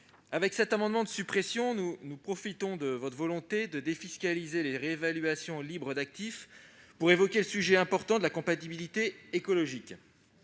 Avec cet amendement de suppression, nous profitons de la volonté du Gouvernement de défiscaliser les réévaluations libres d'actifs pour évoquer le sujet important de la compatibilité écologique.